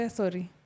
sorry